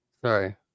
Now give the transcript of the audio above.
Sorry